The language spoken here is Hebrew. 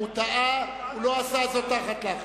טעה, הוא לא עשה זאת תחת לחץ.